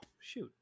shoot